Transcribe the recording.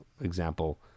example